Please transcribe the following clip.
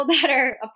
better